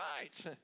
right